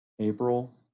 April